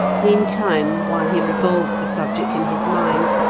meantime, while he revolved the subject in his mind,